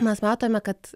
mes matome kad